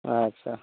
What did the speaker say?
ᱟᱪᱪᱷᱟ